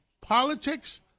Politics